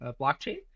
blockchain